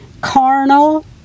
carnal